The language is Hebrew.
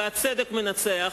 והצדק מנצח,